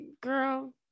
girl